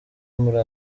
muri